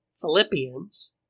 Philippians